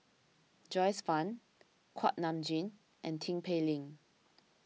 Joyce Fan Kuak Nam Jin and Tin Pei Ling